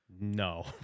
No